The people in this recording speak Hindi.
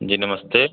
जी नमस्ते